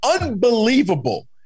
unbelievable